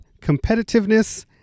competitiveness